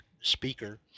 speaker